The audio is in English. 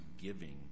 giving